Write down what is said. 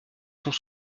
sont